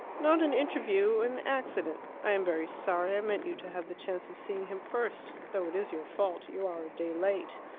not an interview an accident i am very sorry i meant you to have the chance of seeing him first. though it is your fault. you are a day late.